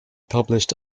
published